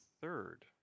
third